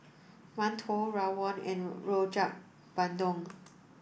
Mantou Rawon and Rojak Bandung